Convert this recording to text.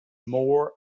more